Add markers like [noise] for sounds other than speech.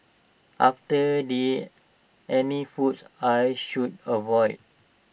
are there [unintelligible] any foods I should avoid